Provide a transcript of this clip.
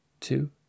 two